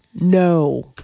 No